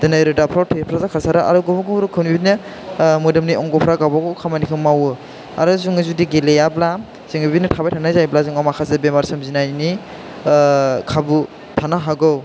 दोनै रोदाफ्राव थैफोरा खारसारो आरो गुबुन गुबुन रोखोमनि बिदिनो मोदोमनि अंगफ्रा गावबागाव खामानिखौ मावो आरो जोङो जुदि गेलेयाब्ला जोङो बिदिनो थाबाय थानाय जायोब्ला जोंनाव माखासे बेराम सोमजिनायनि खाबु थानो हागौ